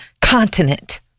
continent